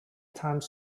times